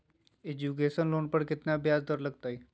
Education loan पर केतना ब्याज दर लगतई?